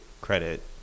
credit